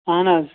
اَہَن حظ